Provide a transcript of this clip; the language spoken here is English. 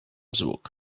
zvooq